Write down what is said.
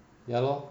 ya lor